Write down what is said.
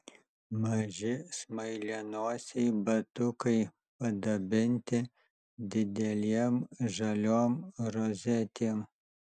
maži smailianosiai batukai padabinti didelėm žaliom rozetėm